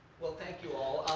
well, thank you all.